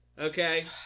Okay